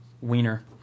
wiener